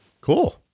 Cool